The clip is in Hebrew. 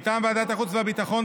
מטעם ועדת החוץ והביטחון,